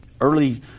early